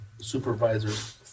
supervisors